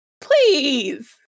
Please